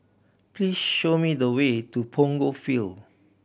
please show me the way to Punggol Field